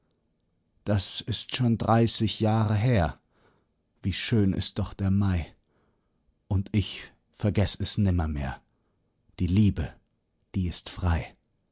das ist schon dreißig jahre her wie schön ist doch der mai und ich vergess es nimmermehr die liebe die ist frei